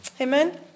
Amen